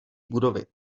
budovy